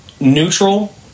neutral